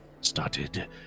started